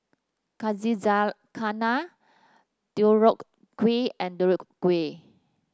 Kazizakana Deodeok Kui and Deodeok Gui